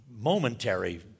momentary